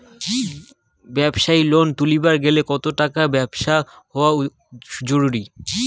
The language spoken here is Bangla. ব্যবসায়িক লোন তুলির গেলে কতো টাকার ব্যবসা হওয়া জরুরি?